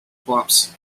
crops